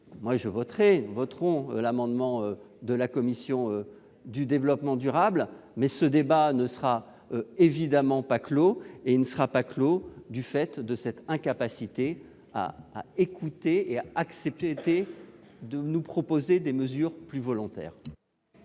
Je voterai- nous voterons -l'amendement de la commission du développement durable, mais ce débat ne sera évidemment pas clos. Et s'il ne l'est pas, c'est à cause de votre incapacité à écouter et à nous proposer des mesures plus volontaristes.